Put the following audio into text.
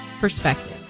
Perspective